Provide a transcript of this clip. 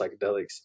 psychedelics